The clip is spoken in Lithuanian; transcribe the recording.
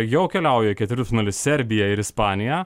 jau keliauja į ketvirtfinalį serbija ir ispanija